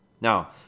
Now